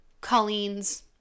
Colleen's